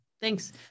Thanks